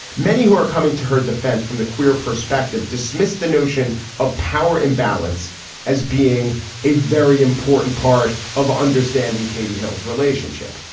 many who are coming to her defense from the queer perspective dismiss the notion of power imbalance as being a very important part of understanding katie hill's relationship.